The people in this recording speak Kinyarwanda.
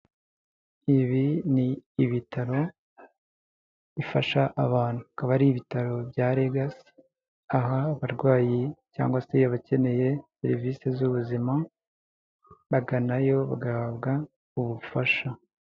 Ibi ni ibitaro bifasha abantu, akaba ari ibitaro bya Regasi. Aha abarwayi cyangwa se abakeneye serivisi z'ubuzim, baganayo bagahabwa ubufasha.